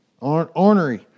Ornery